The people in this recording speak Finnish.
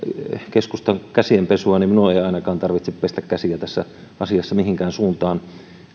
keskustan käsienpesua minun ei ainakaan tarvitse pestä käsiä tässä asiassa mihinkään suuntaan